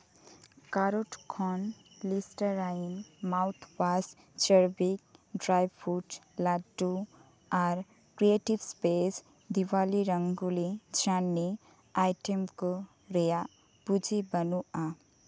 carrot ᱠᱷᱚᱱ ᱞᱤᱥᱴᱟᱨᱟᱭᱤᱴ mouth paste ᱪᱟᱨᱵᱤᱠ ᱰᱨᱟᱭᱯᱷᱩᱰ ᱞᱟᱹᱰᱩ ᱟᱨ ᱠᱨᱤᱭᱮᱴᱤ ᱮᱥᱯᱮᱥ ᱰᱤᱣᱟᱞᱤ ᱨᱚᱝᱜᱩᱞᱤ ᱪᱮᱱᱱᱟᱭ ᱟᱭᱴᱮᱢ ᱠᱚ ᱨᱮᱭᱟᱜ ᱯᱩᱸᱡᱤ ᱵᱟᱹᱱᱩᱜᱼᱟ